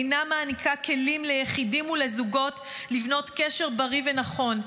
אינה מעניקה כלים ליחידים ולזוגות לבנות קשר בריא ונכון.